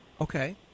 Okay